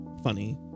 funny